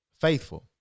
faithful